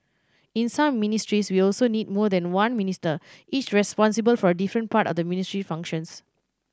in some ministries we also need more than one Minister each responsible for a different part of the ministry's functions